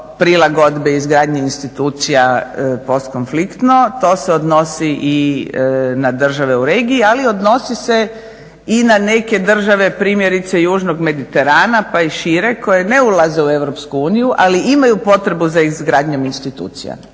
prilagodbe izgradnje institucija postkonfliktno. To se odnosi i na države u regiji ali odnosi se i na neke države primjerice južnog Mediterana pa i šire koje ne ulaze u EU ali imaju potrebu za izgradnju institucija.